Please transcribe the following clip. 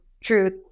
truth